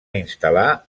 instal·lar